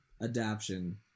adaption